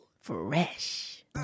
Fresh